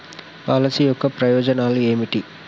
Policy యొక్క ప్రయోజనాలు ఏమిటి?